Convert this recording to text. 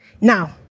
Now